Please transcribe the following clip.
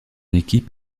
équipe